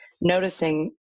noticing